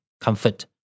comfort